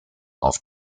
auf